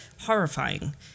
horrifying